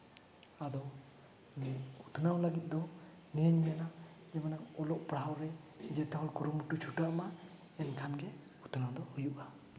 ᱟᱵᱚ ᱩᱛᱱᱟᱹᱣ ᱞᱟᱹᱜᱤᱫ ᱫᱚ ᱱᱤᱭᱟᱹᱧ ᱢᱮᱱᱟ ᱡᱮ ᱢᱟᱱᱮ ᱚᱞᱚᱜ ᱯᱟᱲᱦᱟᱣ ᱨᱮ ᱡᱮᱛᱮ ᱦᱚᱲ ᱠᱩᱨᱩᱢᱩᱴᱩ ᱪᱷᱴᱟᱹᱣ ᱢᱟ ᱮᱱᱠᱷᱟᱱ ᱜᱮ ᱩᱛᱱᱟᱹᱣ ᱫᱚ ᱦᱩᱭᱩᱜᱼᱟ